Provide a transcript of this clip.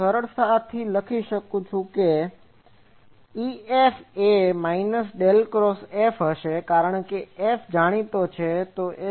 હું સરળતાથી લખી શકું છું કે EF 1 FEF એ માઇનસ ડેલ ક્રોસ F હશે કારણ કે F જાણીતો છે